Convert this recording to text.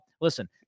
listen